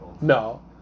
No